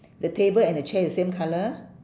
the table and the chair is same colour